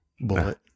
bullet